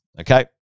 Okay